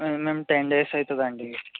మేము ten days అవుతుంది అండి